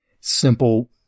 simple